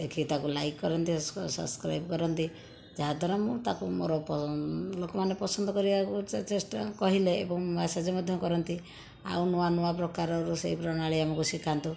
ଦେଖି ତାକୁ ଲାଇକ କରନ୍ତି ସବସ୍କ୍ରାଇବ କରନ୍ତି ଯାହାଦ୍ୱାରା ମୁଁ ତାକୁ ମୋର ଲୋକମାନେ ପସନ୍ଦ କରିବା ଚେଷ୍ଟା କହିଲେ ଏବଂ ମେସେଜ ମଧ୍ୟ କରନ୍ତି ଆଉ ନୂଆ ନୂଆ ପ୍ରକାରର ରୋଷେଇ ପ୍ରଣାଳୀ ଆମକୁ ଶିଖାନ୍ତୁ